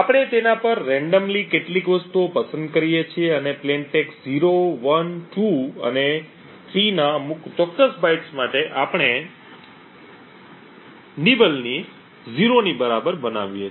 આપણે તેના પર રેન્ડમલી કેટલીક વસ્તુઓ પસંદ કરીએ છીએ અને સાદા ટેક્સ્ટ 0 1 2 અને 3 ના અમુક ચોક્કસ બાઇટ્સ માટે આપણે ઉચ્ચ nibble ને 0 ની બરાબર બનાવીએ છીએ